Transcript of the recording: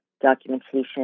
documentation